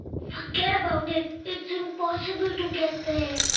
forget about it, it's impossible to get there.